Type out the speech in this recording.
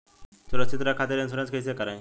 सुरक्षित रहे खातीर इन्शुरन्स कईसे करायी?